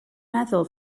meddwl